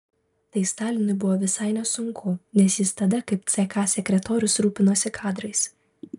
tai stalinui buvo visai nesunku nes jis tada kaip ck sekretorius rūpinosi kadrais